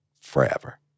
forever